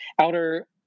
Outer